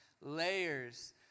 layers